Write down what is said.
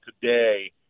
today